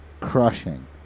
crushing